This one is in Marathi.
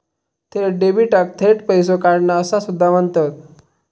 थेट डेबिटाक थेट पैसो काढणा असा सुद्धा म्हणतत